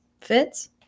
fits